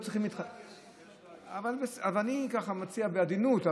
-- אז אני ככה מציע בעדינות.